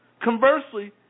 Conversely